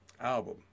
album